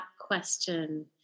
question